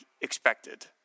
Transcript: expected